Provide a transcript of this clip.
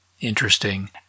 interesting